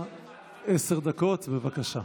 לרשותך עשר דקות, בבקשה.